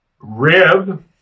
Rib